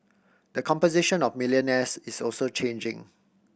the composition of millionaires is also changing